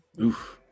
Oof